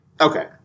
okay